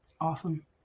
Awesome